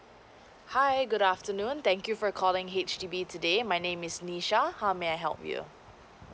hi good afternoon thank you for calling H_D_B today my name is nisha how may I help you